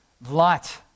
light